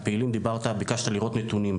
כן, גיא ענבר, נציג ההתאחדות